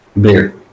Beer